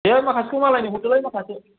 दे माखासेखौ मालायनो हरदोलाय माखासे